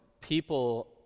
people